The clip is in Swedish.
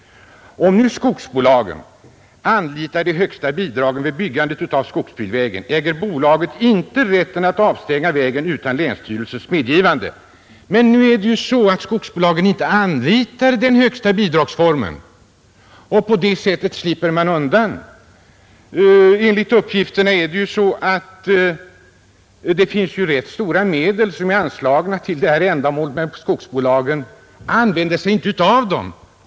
Om nu skogsbolagen anlitar de högsta bidragen vid byggandet av skogsbilvägen, äger bolagen inte rätten att avstänga vägen utan länsstyrelsens medgivande. Men nu är det ju så att skogsbolagen inte anlitar den högsta bidragsformgen, och på det sättet slipper man undan. Enligt uppgifterna finns det ju rätt stora medel anslagna till dessa ändamål, men skogsbolagen använder sig inte utav dem.